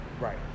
Right